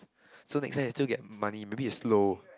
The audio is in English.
so next time you still get money maybe it's slow